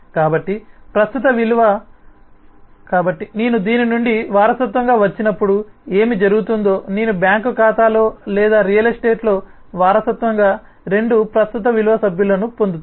కాబట్టి ప్రస్తుత విలువ కాబట్టి నేను దీని నుండి వారసత్వంగా వచ్చినప్పుడు ఏమి జరుగుతుందో నేను బ్యాంక్ ఖాతాలో లేదా రియల్ ఎస్టేట్లో వారసత్వంగా 2 ప్రస్తుత విలువ సభ్యులను పొందుతాను